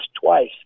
twice